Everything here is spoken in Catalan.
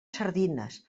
sardines